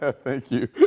ah thank you.